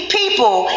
people